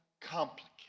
complicated